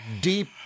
deep